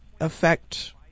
affect